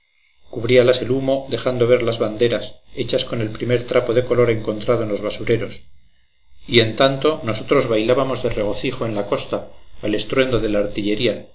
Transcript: cubríalas el humo dejando ver las banderas hechas con el primer trapo de color encontrado en los basureros y en tanto nosotros bailábamos de regocijo en la costa al estruendo de la artillería